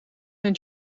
zijn